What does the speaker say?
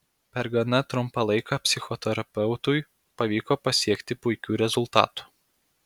per gana trumpą laiką psichoterapeutui pavyko pasiekti puikių rezultatų